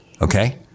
Okay